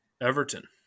Everton